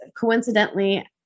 Coincidentally